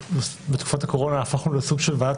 בתקופת הקורונה הפכנו לסוג של ועדת